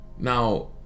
now